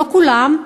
לא כולם,